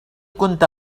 كنت